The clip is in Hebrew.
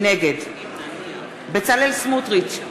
נגד בצלאל סמוטריץ,